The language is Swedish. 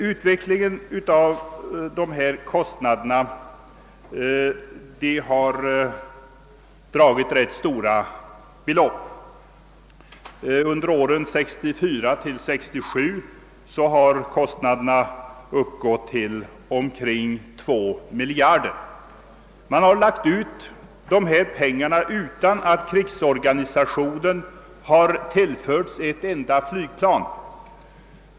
Utvecklingen av dessa projekt har dragit ganska stora kostnader. Under åren 1964—1967 har dessa uppgått till omkring 2 miljarder kronor. Alla dessa pengar har man lagt ut utan att krigsorganisationen tillförts ett enda flygplan.